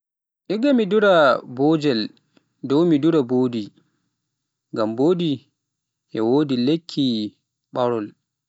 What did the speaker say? Igga mi dura boojel dow mi dura mbodi ngam mbodi e wodi lekki mbarol.